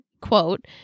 quote